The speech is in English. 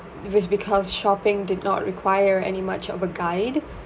if it's because shopping did not require any much of a guide